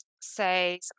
say